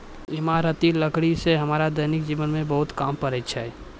इमारती लकड़ी सें हमरा दैनिक जीवन म बहुत काम पड़ै छै